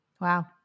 Wow